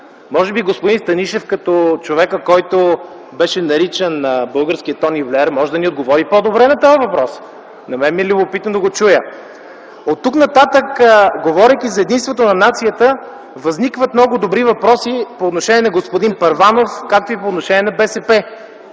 Може би господин Станишев като човека, който беше наричан българския Тони Блеър, може да ни отговори по-добре на този въпрос. На мен ми е любопитно да го чуя. Оттук нататък, говорейки за единството на нацията, възникват много добри въпроси по отношение на господин Първанов, както и по отношение на БСП.